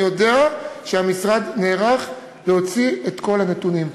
אני יודע שהמשרד נערך להוציא את כל הנתונים.